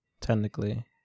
Technically